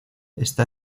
está